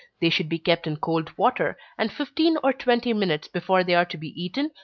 they should be kept in cold water, and fifteen or twenty minutes before they are to be eaten,